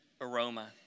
aroma